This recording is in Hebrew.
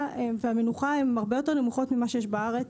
והמנוחה הרבה יותר נמוכות מאשר בארץ.